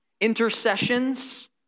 intercessions